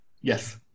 Yes